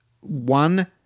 one